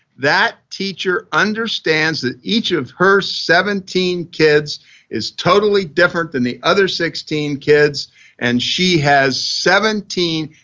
that teacher understands that each of her seventeen kids is totally different then the other sixteen kids and she has seventeen,